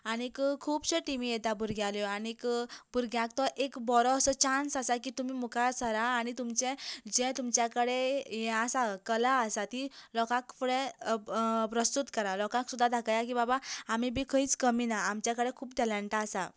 आनीक खुबशें टिमी येता भुरग्यांलो आनीक भुरग्यांक तो एक बरो असो चान्स आसा की तुमी मुखार सरा आनी तुमचें जें तुमच्या कडेन ये आसा कला आसा ती लोकांक फुडें प्रस्तुत करा लोकांक सुद्दां दाखया की बाबा आमी बी खंयच कमी ना आमचें कडेन खूब टेलंटा आसा